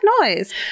noise